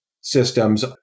systems